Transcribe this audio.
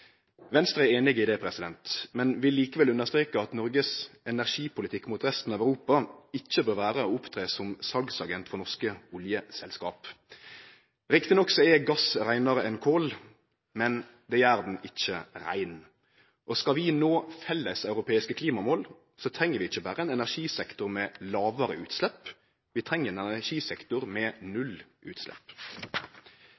Venstre er einig i det, men vil likevel understreke at Noregs energipolitikk mot resten av Europa ikkje bør vere å opptre som salsagent for norske oljeselskap. Riktignok er gass reinare enn kol, men det gjer den ikkje rein. Skal vi nå felleseuropeiske klimamål, treng vi ikkje å vere ein energisektor med lågare utslepp, vi treng ein energisektor med